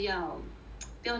不要那么